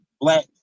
black